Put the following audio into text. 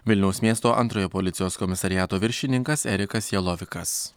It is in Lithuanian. vilniaus miesto antrojo policijos komisariato viršininkas erikas jalovikas